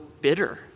bitter